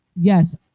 yes